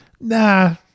nah